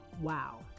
Wow